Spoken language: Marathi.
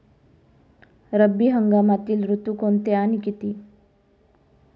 रब्बी हंगामातील ऋतू कोणते आणि किती?